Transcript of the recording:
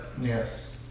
Yes